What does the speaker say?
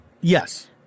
Yes